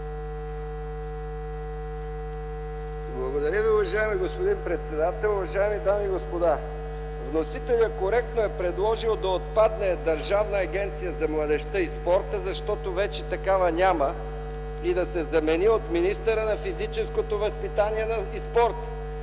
Благодаря Ви, уважаеми господин председател! Уважаеми дами и господа, вносителят коректно е предложил да отпадне Държавна агенция за младежта и спорта, защото вече такава няма, и да се замени от министъра на физическото възпитание и спорта.